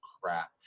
crap